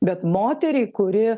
bet moteriai kuri